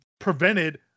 prevented